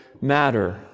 matter